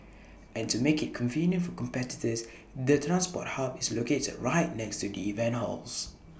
and to make IT convenient for competitors the transport hub is located right next to the event halls